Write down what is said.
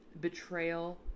betrayal